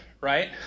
right